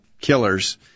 killers